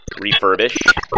refurbish